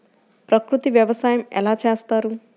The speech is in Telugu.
ప్రకృతి వ్యవసాయం ఎలా చేస్తారు?